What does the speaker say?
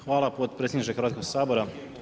Hvala potpredsjedniče Hrvatskog sabora.